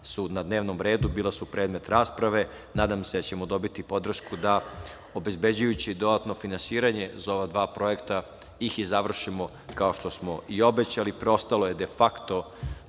su na dnevnom redu, bila su predmet rasprave. Nadam se da ćemo dobiti podršku da obezbeđujući dodatno finansiranje za ova dva projekta ih i završimo kao što smo i obećali. Preostalo je, de fakto,